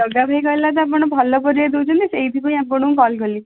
ଜଗା ଭାଇ କହିଲା ତ ଆପଣ ଭଲ ପରିବା ଦେଉଛନ୍ତି ସେଇଥିପାଇଁ ଆପଣଙ୍କୁ କଲ୍ କଲି